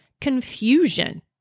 confusion